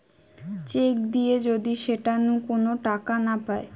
check দিয়ে যদি সেটা নু কোন টাকা না পায়